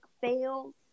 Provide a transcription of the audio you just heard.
fail